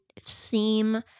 seem